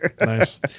Nice